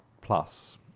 Plus